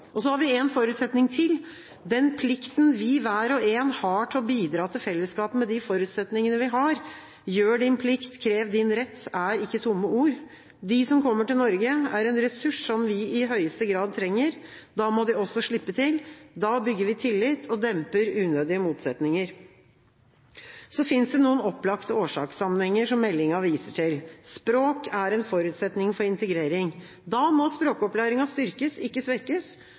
lykkes. Så har vi én forutsetning til: den plikten vi hver og en har til å bidra til fellesskapet med de forutsetningene vi har. «Gjør din plikt – krev din rett» er ikke tomme ord. De som kommer til Norge, er en ressurs vi i høyeste grad trenger. Da må de også slippe til. Da bygger vi tillit og demper unødige motsetninger. Så finnes det noen opplagte årsakssammenhenger, som meldinga viser til. Språk er en forutsetning for integrering. Da må språkopplæringen styrkes, ikke svekkes.